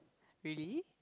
really